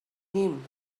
him